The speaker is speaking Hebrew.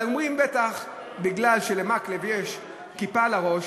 אבל אומרים: בטח מפני שלמקלב יש כיפה על הראש,